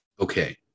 Okay